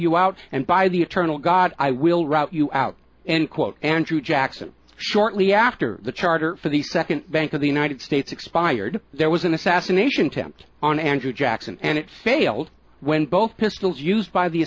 you out and by the eternal god i will rout you out and quote andrew jackson shortly after the charter for the second bank of the united states expired there was an assassination attempt on andrew jackson and it failed when both pistols used by the